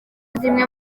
zimwe